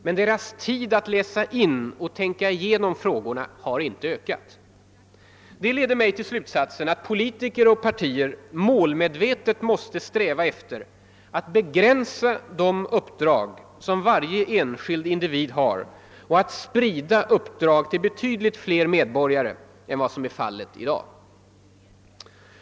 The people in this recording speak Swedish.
Men deras tid att läsa in och tänka igenom frågorna har inte ökat. Det leder mig till slutsatsen att partier och politiker målmedvetet måste sträva efter att begränsa de uppdrag som varje enskild individ har och att sprida uppdragen till betydligt fler medborgare än vad som är fallet i dag.